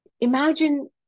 Imagine